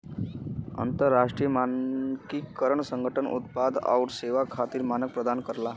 अंतरराष्ट्रीय मानकीकरण संगठन उत्पाद आउर सेवा खातिर मानक प्रदान करला